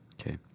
Okay